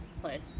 place